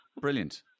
Brilliant